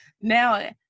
now